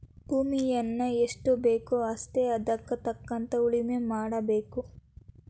ಭೂಮಿಯನ್ನಾ ಎಷ್ಟಬೇಕೋ ಅಷ್ಟೇ ಹದಕ್ಕ ತಕ್ಕಂಗ ಉಳುಮೆ ಮಾಡಬೇಕ